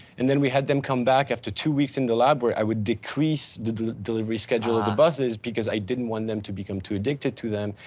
and then we had them come back after two weeks in the library, library, i would decrease the delivery schedule of the buzzes because i didn't want them to become too addicted to them.